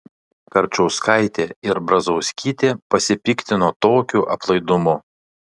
karčauskaitė ir brazauskytė pasipiktino tokiu aplaidumu